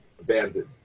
abandoned